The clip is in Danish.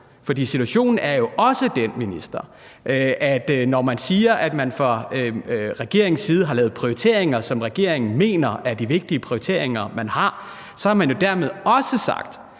For situationen er jo også den, minister, at når man siger, at man fra regeringens side har lavet prioriteringer, som regeringen mener er de vigtige prioriteringer, man har, har man jo dermed også sagt,